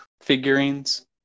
figurines